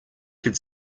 could